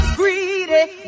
greedy